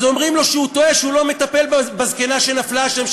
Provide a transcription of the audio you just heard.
אז אומרים לו שהוא טועה שהוא לא מטפל בזקנה שנפלה שם,